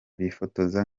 bifotoza